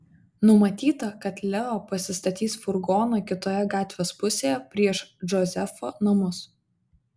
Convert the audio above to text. numatyta kad leo pasistatys furgoną kitoje gatvės pusėje prieš džozefo namus